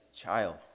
child